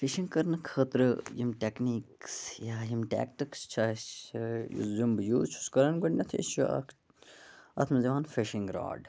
fishing کَرنہٕ خٲطرٕ یِم ٹیٚکنیٖکس یا یِم ٹیکٹِکس چھِ اَسہِ یِم بہٕ یوٗز چھُس کَران چھُ اکھ اتھ مَنٛز یِوان فِشِنٛگ راڈ